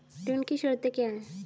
ऋण की शर्तें क्या हैं?